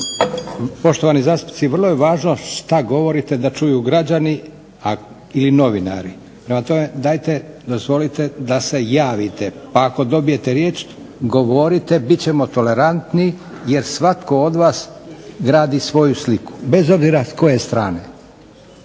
Poštovani zastupnici, vrlo je važno što govorite da čuju građani ili novinari, prema tome dajte dozvolite da se javite pa ako dobijete riječ govorite, bit ćemo tolerantni jer svatko od vas gradi svoju sliku, bez obzira s koje strane.